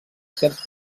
certs